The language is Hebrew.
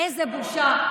איזו בושה.